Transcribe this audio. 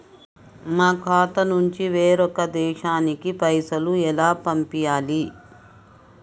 మా ఖాతా నుంచి వేరొక దేశానికి పైసలు ఎలా పంపియ్యాలి?